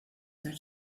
that